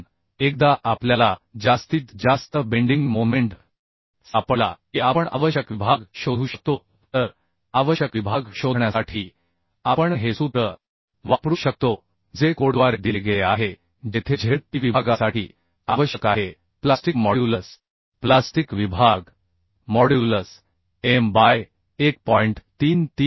म्हणून एकदा आपल्याला जास्तीत जास्त बेंडिंग मोमेंट सापडला की आपण आवश्यक विभाग शोधू शकतो तर आवश्यक विभाग शोधण्यासाठी आपण हे सूत्र वापरू शकतो जे कोडद्वारे दिले गेले आहे जेथे Zp विभागासाठी आवश्यक आहे प्लास्टिक मॉड्यूलस प्लास्टिक विभाग मॉड्यूलस m बाय 1